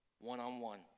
one-on-one